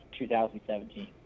2017